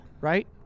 right